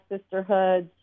sisterhoods